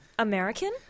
American